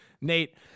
nate